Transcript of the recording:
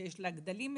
שיש לה גדלים מסוימים.